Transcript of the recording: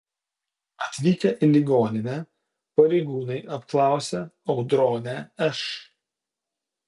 atvykę į ligoninę pareigūnai apklausė audronę š